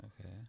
Okay